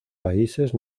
países